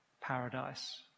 paradise